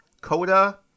Coda